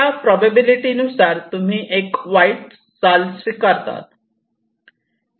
या प्रोबॅबिलिटी नुसार तुम्ही एक वाईट चाल स्वीकारतात